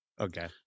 Okay